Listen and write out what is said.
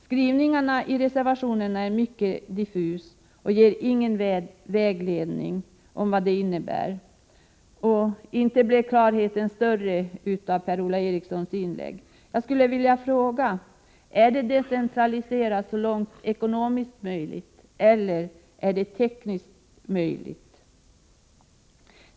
Skrivningen i reservationerna är mycket diffus och ger ingen vägledning om vad "detta innebär. Och klarheten blev inte större av Per-Ola Erikssons inlägg. Jag skulle vilja fråga: Vill ni ”decentralisera” så långt det är ekonomiskt möjligt, eller så långt det är tekniskt möjligt?